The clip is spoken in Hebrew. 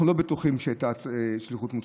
אנחנו לא בטוחים שהיא הייתה שליחות מוצלחת,